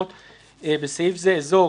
אולי.